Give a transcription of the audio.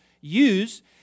use